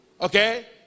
Okay